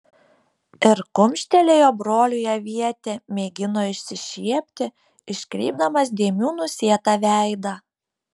ir kumštelėjo broliui avietė mėgino išsišiepti iškreipdamas dėmių nusėtą veidą